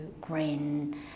green